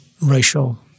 racial